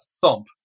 thump